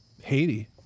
Haiti